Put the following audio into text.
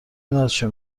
نازشو